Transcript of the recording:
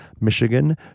Michigan